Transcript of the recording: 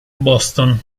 boston